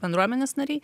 bendruomenės nariai